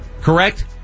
correct